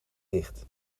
dicht